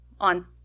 on